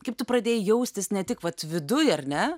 kaip tu pradėjai jaustis ne tik vat viduj ar ne